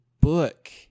book